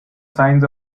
signs